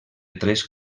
tres